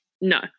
No